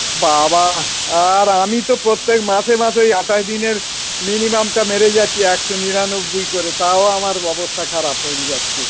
বাবা আর আমি তো প্রত্যেক মাসে মাসে ওই আঠাশ দিনের মিনিমামটা মেরে যাচ্ছি একশো নিরানব্বই করে তাও আমার অবস্থা খারাপ হয়ে যাচ্ছে